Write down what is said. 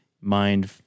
mind